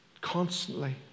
constantly